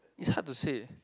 is hard to say